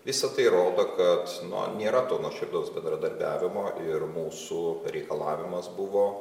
visa tai rodo kad na nėra to nuoširdaus bendradarbiavimo ir mūsų reikalavimas buvo